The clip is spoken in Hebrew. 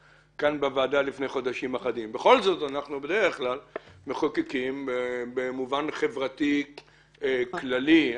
אבל בדרך כלל אנחנו בכל זאת מחוקקים במובן חברתי כללי יותר.